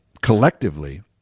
collectively